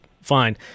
fine